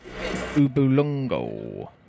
Ubulongo